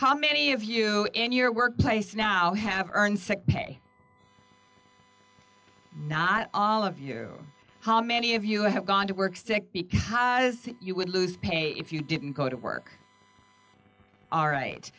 how many of you in your workplace now have earned sick pay not all of you how many of you have gone to work sick because you would lose pay if you didn't go to work all right